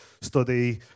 study